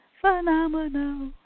phenomenal